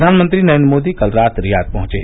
प्रधानमंत्री नरेंद्र मोदी कल रात रियाद पहुंचे